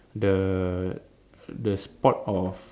the the spark of